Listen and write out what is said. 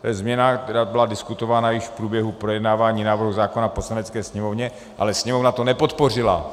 To je změna, která byla diskutována již v průběhu projednávání návrhu zákona v Poslanecké sněmovně, ale Sněmovna to nepodpořila.